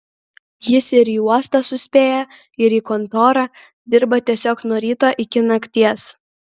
jis ir į uostą suspėja ir į kontorą dirba tiesiog nuo ryto iki nakties